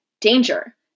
Danger